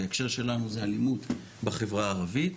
בהקשר שלנו זה אלימות בחברה הערבית.